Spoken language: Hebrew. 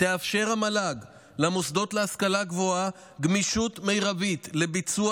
תאפשר המל"ג למוסדות גמישות מרבית לביצוע